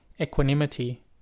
equanimity